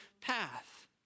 path